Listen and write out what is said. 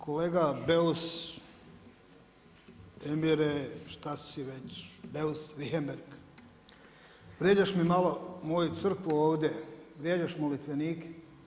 Kolega Beus Emire šta si već Beus Richembergh, vrijeđaš mi malo moju crkvu ovdje, vrijeđaš molitvenike.